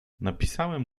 napisałem